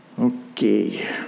Okay